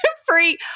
free